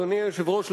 אדוני היושב-ראש,